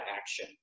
action